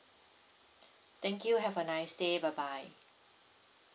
thank you have a nice day bye bye